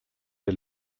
der